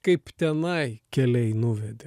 kaip tenai keliai nuvedė